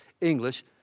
English